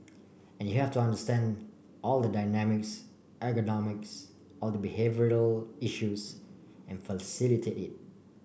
and you have to understand all the dynamics ergonomics all the behavioural issues and facilitate it